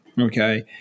okay